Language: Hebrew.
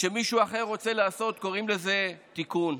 כשמישהו אחר רוצה לעשות קוראים לזה תיקון.